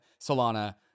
solana